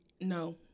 No